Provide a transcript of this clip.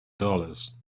dollars